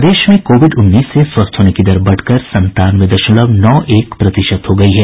प्रदेश में कोविड उन्नीस से स्वस्थ होने की दर बढ़कर संतानवे दशमलव नौ एक प्रतिशत हो गई है